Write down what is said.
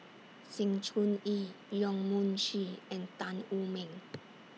Sng Choon Yee Yong Mun Chee and Tan Wu Meng